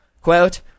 Quote